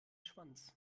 schwanz